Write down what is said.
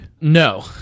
No